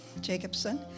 Jacobson